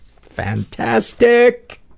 Fantastic